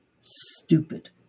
stupid